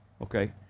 Okay